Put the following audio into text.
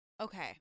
okay